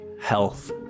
health